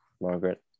Margaret